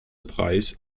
preis